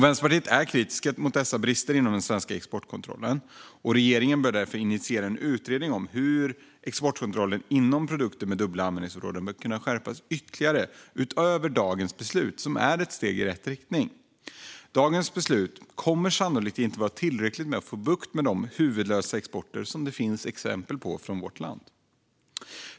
Vänsterpartiet är kritiskt mot dessa brister inom den svenska exportkontrollen. Regeringen bör därför initiera en utredning av hur exportkontrollen gällande produkter med dubbla användningsområden kan skärpas ytterligare utöver dagens beslut, som är ett steg i rätt riktning. Dagens beslut kommer sannolikt inte att vara tillräckligt för att få bukt med den huvudlösa export från vårt land som det finns exempel på.